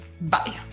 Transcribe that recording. Bye